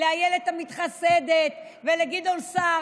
לאילת המתחסדת ולגדעון סער,